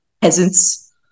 peasants